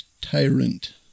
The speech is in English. tyrant